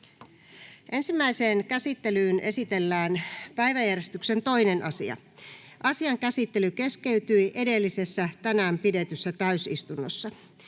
Ensimmäiseen käsittelyyn esitellään päiväjärjestyksen 2. asia. Asian käsittely keskeytyi edellisessä, tänään pidetyssä täysistunnossa.